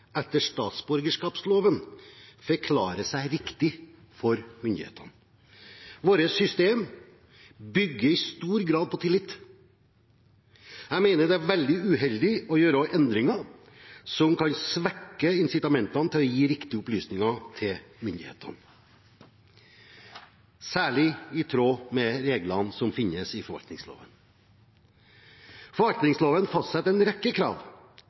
etter statsborgerloven, forklarer seg riktig for myndighetene. Vårt system bygger i stor grad på tillit. Jeg mener det er veldig uheldig å gjøre endringer som kan svekke incitamentene til å gi riktige opplysninger til myndighetene, særlig i tråd med reglene som finnes i forvaltningsloven. Forvaltningsloven fastsetter en rekke krav